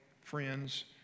friends